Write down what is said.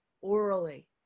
orally